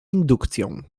indukcją